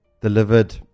delivered